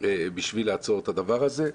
בשביל לעצור את הדבר הזה.